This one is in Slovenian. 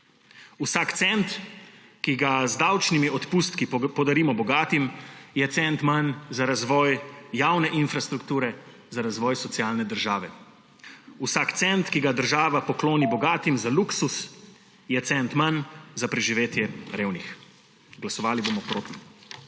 Vsak cent, ki ga z davčnimi odpustki podarimo bogatim, je cent manj za razvoj javne infrastrukture, za razvoj socialne države. Vsak cent, ki ga država pokloni bogatim za luksuz, je cent manj za preživetje revnih. Glasovali bomo proti.